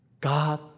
God